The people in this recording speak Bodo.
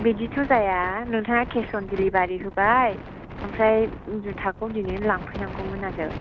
बिदिथ' जाया नोंथाङा केस अन डिलिभारि होबाय आमफ्राय जुथाखौ दिनैनो लांफैनांगौमोन आरो